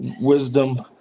Wisdom